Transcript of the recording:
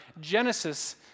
Genesis